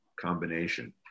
combination